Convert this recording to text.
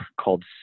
called